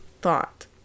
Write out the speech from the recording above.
Thought